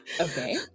okay